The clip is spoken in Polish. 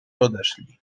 odeszli